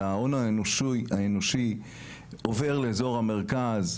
אלא ההון האנושי עובר לאזור המרכז,